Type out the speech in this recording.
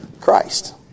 Christ